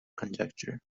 conjecture